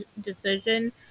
decision